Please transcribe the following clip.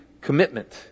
commitment